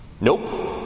Nope